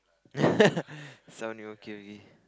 some mecury